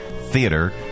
Theater